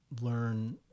learn